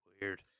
Weird